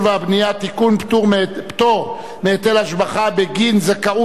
במליאה ותועבר לדיון בוועדת הפנים של הכנסת.